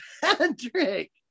Patrick